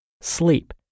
sleep